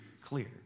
clear